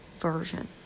version